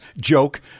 joke